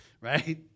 right